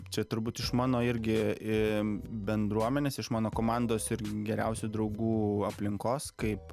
čia turbūt iš mano irgi bendruomenės iš mano komandos ir geriausių draugų aplinkos kaip